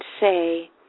say